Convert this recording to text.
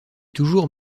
toujours